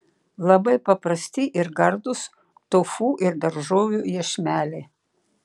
labai paprasti ir gardūs tofu ir daržovių iešmeliai